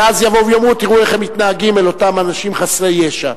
ואז יבואו ויאמרו: תראו איך הם מתנהגים אל אותם אנשים חסרי ישע,